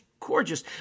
gorgeous